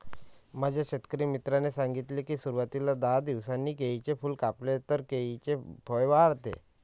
माझ्या शेतकरी मित्राने सांगितले की, सुरवातीला दहा दिवसांनी केळीचे फूल कापले तर केळीचे फळ वाढते